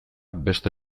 beste